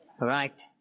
Right